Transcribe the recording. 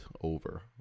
over